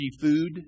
food